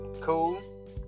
Cool